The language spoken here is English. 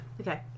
Okay